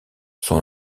son